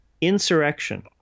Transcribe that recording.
Insurrection